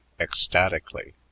ecstatically